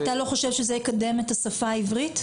אתה לא חושב שזה יקדם את השפה העברית?